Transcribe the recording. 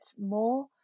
more